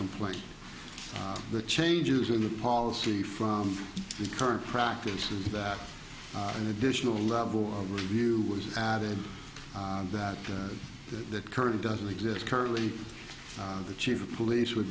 complaint the changes in the policy from the current practices that an additional level of review was added that the current doesn't exist currently the chief of police w